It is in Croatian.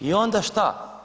I onda šta?